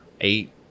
eight